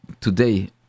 today